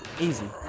Easy